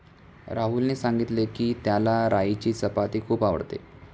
राहुलने सांगितले की, त्याला राईची चपाती खूप आवडते